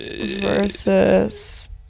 Versus